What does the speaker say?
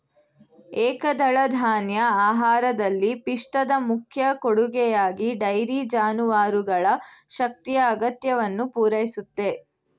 ಏಕದಳಧಾನ್ಯ ಆಹಾರದಲ್ಲಿ ಪಿಷ್ಟದ ಮುಖ್ಯ ಕೊಡುಗೆಯಾಗಿ ಡೈರಿ ಜಾನುವಾರುಗಳ ಶಕ್ತಿಯ ಅಗತ್ಯವನ್ನು ಪೂರೈಸುತ್ತೆ